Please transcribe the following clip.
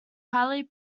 highly